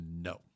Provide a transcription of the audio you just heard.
no